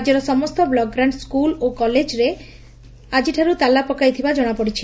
ରାଜ୍ୟର ସମସ୍ତ ବ୍ଲକଗ୍ରାକ୍କ ସ୍କୁଲ ଓ କଲେଜରେ ଆଜିଠାରୁ ତାଲା ପକାଇଥିବା ଜଣାପଡିଛି